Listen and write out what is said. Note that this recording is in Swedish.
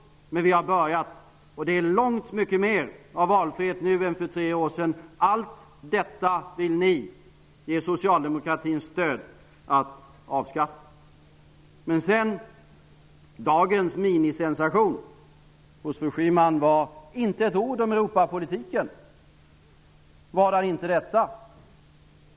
Men vi har börjat, och det är långt mycket mer av valfrihet nu än det var för tre år sedan. Ni vill ge socialdemokratin stöd att avskaffa allt detta. Dagens minisensation: Gudrun Schyman sade inte ett ord om Europapolitiken. Vad är inte detta?